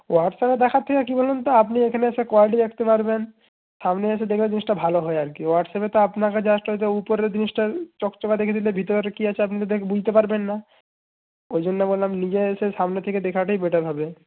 হোয়াটসঅ্যাপে দেখার থেকে কি বলুন তো আপনি এখানে এসে কোয়ালিটি দেখতে পারবেন সামনে এসে দেখলে জিনিসটা ভালো হয় আর কি হোয়াটসঅ্যাপে তো আপনাকে জাস্ট ওই তো উপরের জিনিসটার চকচকা দেখিয়ে দিলে ভিতরের কি আছে আপনি তো দেখে বুঝতে পারবেন না ওই জন্য বললাম নিজে এসে সামনে থেকে দেখাটাই বেটার হবে